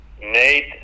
Nate